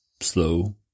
slow